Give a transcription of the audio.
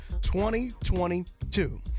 2022